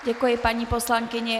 Děkuji paní poslankyni.